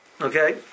Okay